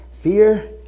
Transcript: fear